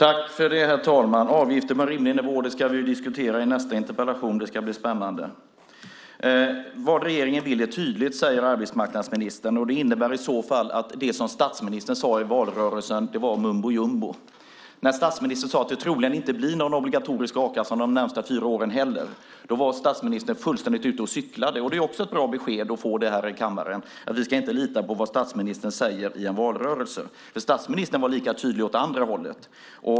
Herr talman! Avgifter på en rimlig nivå ska vi diskutera i nästa interpellation. Det ska bli spännande. Arbetsmarknadsministern säger att det är tydligt vad regeringen vill. Det innebär i så fall att det som statsministern sade i valrörelsen var mumbojumbo. När statsministern sade att det troligen inte heller blir någon obligatorisk a-kassa under de närmaste fyra åren var statsministern fullständigt ute och cyklade. Det är också ett bra besked att få här i kammaren. Vi ska inte lita på vad statsministern säger i en valrörelse. Statsministern var lika tydlig åt andra hållet.